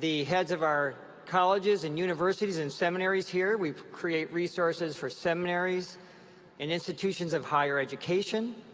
the heads of our colleges and universities and seminaries here. we create resources for seminaries and institutions of higher education.